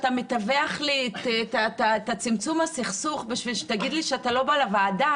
אתה מתווך לי את צמצום הסכסוך בשביל להגיד לי שאתה לא בא לוועדה?